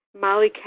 Molly